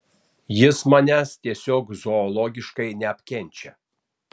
jis manęs tiesiog zoologiškai neapkenčia